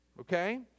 okay